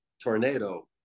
tornado